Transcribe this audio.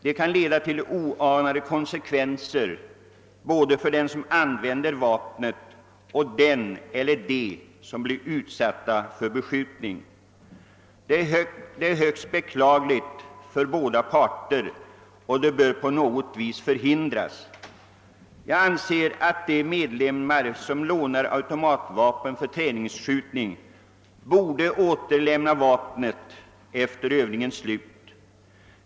Det kan leda till oanade konsekvenser både för den som använder vapnet och för den eller dem som blir utsatta för beskjutning. Det är högst tragiskt för alla parter och bör förhindras. De medlemmar som lånar automatvapen för träningsskjutning borde återlämna vapnen efter övningens slut.